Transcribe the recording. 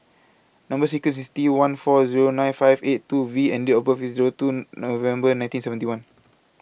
Number sequence IS T one four Zero nine five eight two V and Date of birth IS Zero two November nineteen seventy one